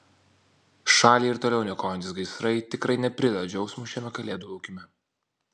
šalį ir toliau niokojantys gaisrai tikrai neprideda džiaugsmo šiame kalėdų laukime